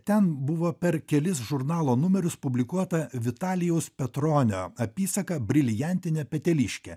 ten buvo per kelis žurnalo numerius publikuota vitalijaus petronio apysaka briliantinė peteliškė